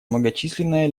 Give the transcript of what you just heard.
многочисленная